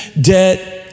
debt